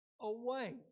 away